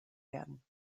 werden